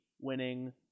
winning